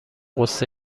غصه